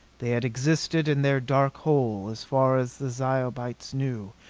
they had existed in their dark hole, as far as the zyobites knew,